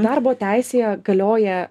darbo teisėje galioja